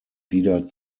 wieder